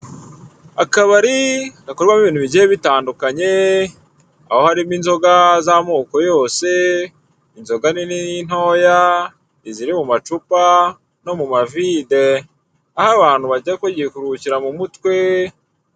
Akabari gakorerwamo ibintu bigiye bitandukanye, aho harimo inzoga z'amoko yose, inzoga nini n'intoya, iziri mu macupa no mavide, aho abantu bajya gabiye kuruhuka mu mutwe.